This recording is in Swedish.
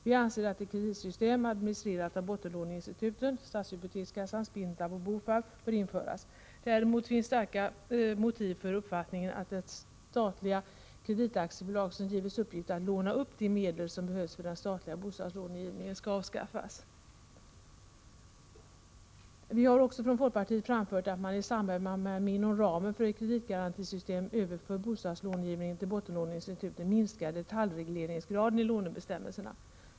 Vi anser att ett kreditsystem, administrerat av bottenlåneinstituten — Stadshypotekskassan, Spintab och BOFAB -— bör införas. Däremot finns starka motiv för uppfattningen att det statliga kreditaktiebolag som givits uppgiften att låna de medel som behövs för den statliga bostadslångivningen skall avskaffas. Vi har också från folkpartiet framfört att i samband med att bostadslångivningen inom ramen för ett kreditgarantisystem överförs till bottenlåneinstituten skall detaljregleringsgraden i lånebestämmelserna minskas.